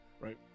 right